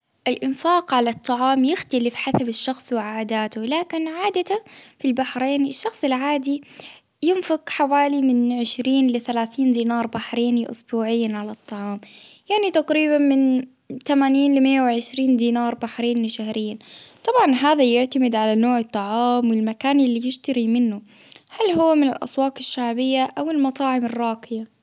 أي إنفاق على الطعام يختلف حسب الشخص وعاداته، لكن عادة في البحرين الشخص العادي ينفق حوالي من عشرين لثلاثين دينار بحريني إسبوعيا، على الطعام، يعني تقريبا من ثمانين لمية وعشرين دينار بحريني شهريا، طبعا هذا يعتمد على نوع والمكان اللي بشتري منه، هل هو من الأسواق الشعبية، أو المطاعم الراقية.